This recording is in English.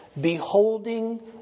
beholding